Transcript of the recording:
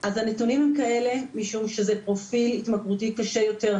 הנתונים הם כאלה משום שזה פרופיל התמכרותי קשה יותר,